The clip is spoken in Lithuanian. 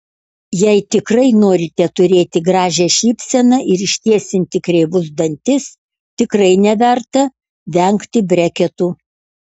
jei tikrai norite turėti gražią šypseną ir ištiesinti kreivus dantis tikrai neverta vengti breketų